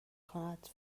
کند